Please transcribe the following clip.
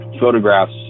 photographs